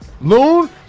Loon